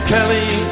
Kelly